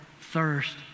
thirst